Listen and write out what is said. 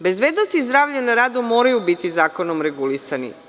Bezbednost i zdravlje na radu moraju biti zakonom regulisani.